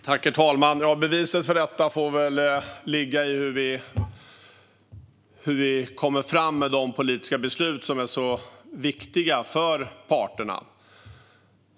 Herr talman! Beviset för detta får väl ligga i hur vi kommer fram med de politiska beslut som är så viktiga för parterna.